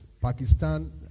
Pakistan